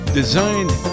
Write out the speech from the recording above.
designed